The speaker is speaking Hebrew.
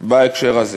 בהקשר הזה: